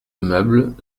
meuble